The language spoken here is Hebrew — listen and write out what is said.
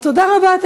ותודה רבה,